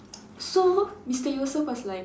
so Mister Yusoff was like